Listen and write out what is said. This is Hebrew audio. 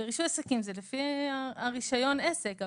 ברישוי עסקים, זה לפי רישיון העסק.